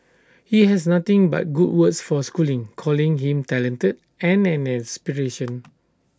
he has nothing but good words for schooling calling him talented and an inspiration